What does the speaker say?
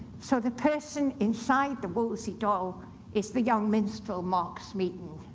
so the person inside the wolsey doll is the young minstrel mark smeaton,